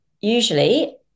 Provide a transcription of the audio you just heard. usually